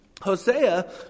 Hosea